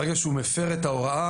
ברגע שהוא מפר את ההוראה,